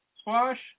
squash